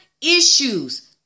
issues